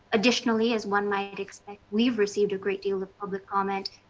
additionally, as one might expect, we have received a great deal of public comment,